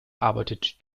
arbeitet